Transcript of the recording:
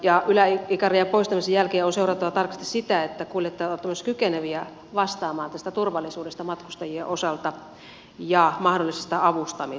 yläikärajan poistamisen jälkeen on seurattava tarkasti sitä että kuljettajat ovat myös kykeneviä vastamaan tästä turvallisuudesta matkustajien osalta ja mahdollisesta avustamisesta